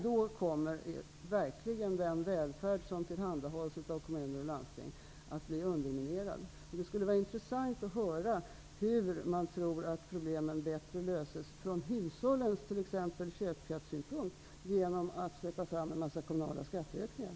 Då kommer verkligen den välfärd som tillhandahålls av kommuner och landsting att bli underminerad. Det skulle vara intressant att höra om man tror att problemen löses bättre, från t.ex. hushållens köpkraftssynpunkt, genom att man släpper fram en massa kommunala skatteökningar.